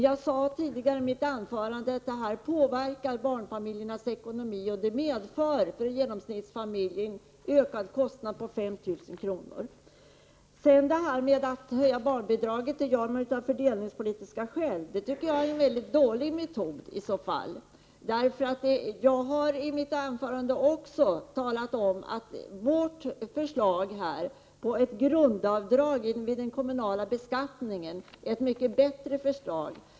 Jag sade i mitt anförande tidigare att detta påverkar barnfamiljernas ekonomi och medför för en genomsnittsfamilj en ökad kostnad på 5 000 kr. Så säger man att barnbidragshöjningen genomförs av fördelningspolitiska skäl. Jag tycker i så fall att det är en dålig metod. Jag sade i mitt anförande också att vårt förslag om ett grundavdrag vid den kommunala beskattningen är mycket bättre.